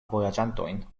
vojaĝantojn